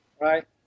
right